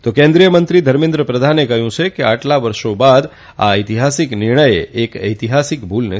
તો કેન્દ્રિય મંત્રી ધર્મેન્દ્ર પ્રધાને કહ્યું છે કે આટલા વર્ષોબાદ આ ઐતિહાસિક નિર્ણય એક ઐતિહાસિક ભૂલને છે